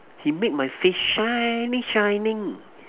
he make my face shining shining